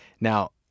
Now